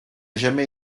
jamais